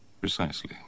Precisely